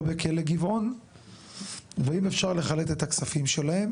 או בכלא גבעון ואם אפשר לחלט את הכספים שלהם